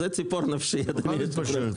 זה ציפור נפשי, אדוני היושב-ראש.